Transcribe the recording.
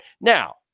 Now